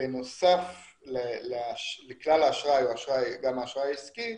בנוסף לכלל האשראי גם האשראי העסקי,